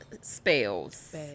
spells